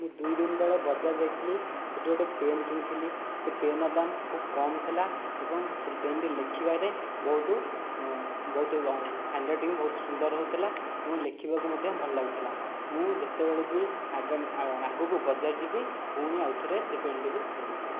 ଦୁଇ ଦିନ ତଳେ ବଜାର ଯାଇଥିଲି ସେଠି ଗୋଟିଏ ପେନ୍ କିଣିଥିଲି ସେହି ପେନ୍ର ଦାମ ଖୁବ କମ ଥିଲା ଏବଂ ସେହି ପେନ୍ଟି ଲେଖିବାରେ ବହୁତ ବହୁତ ହ୍ୟାଣ୍ଡ ରାଇଟିଙ୍ଗ ବହୁତ ସୁନ୍ଦର ହେଉଥିଲା ଏବଂ ଲେଖିବାକୁ ମଧ୍ୟ ଭଲ ଲାଗୁଥିଲା ମୁଁ ଯେତେବେଳେ ବି ଆଗକୁ ବଜାର ଯିବି ପୁଣି ଆଉ ଥରେ ସେ ପେନ୍ଟି କୁ କିଣିବି